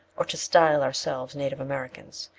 or to style ourselves native americans?